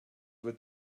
the